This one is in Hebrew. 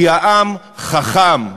כי העם חכם,